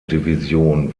division